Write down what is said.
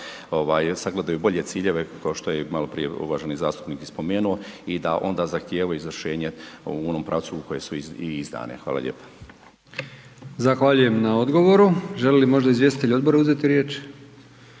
sagledaju bolje ciljeve, kao što je maloprije uvaženi zastupnik i spomenuo i da onda zahtijevaju izvršenje u onom pravcu u kojem su i izdane. Hvala lijepa. **Brkić, Milijan (HDZ)** Zahvaljujem na odgovoru. Žele li možda izvjestitelji odbora uzeti riječ?